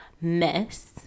mess